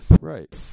Right